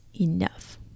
enough